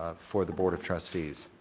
ah for the board of trustees.